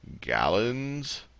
gallons